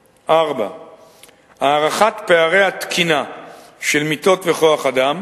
4. הערכת פערי התקינה של מיטות וכוח-אדם